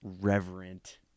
reverent